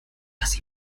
dass